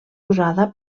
usada